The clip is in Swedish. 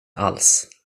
alls